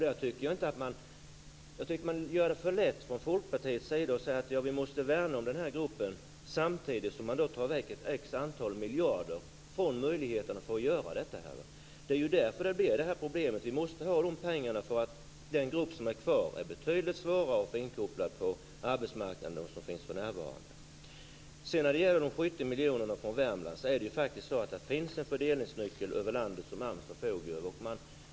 Jag tycker att Folkpartiet gör det lätt för sig när man säger sig vilja värna om denna grupp, samtidigt som man vill ta bort ett visst antal miljarder från möjligheten att genomföra detta. Det är ju därför som problemet uppstår. Vi måste ha dessa pengar, eftersom det är betydligt svårare att få in denna grupp på arbetsmarknaden. När det gäller de 70 miljonerna från Värmland finns det en fördelningsnyckel över landet som AMS förfogar över.